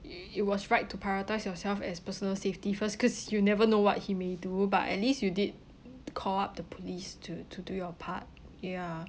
i~ it was right to prioritise yourself as personal safety first cause you never know what he may do but at least you did call up the police to to do your part ya